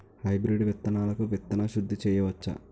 Hybrid విత్తనాలకు విత్తన శుద్ది చేయవచ్చ?